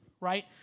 Right